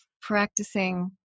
practicing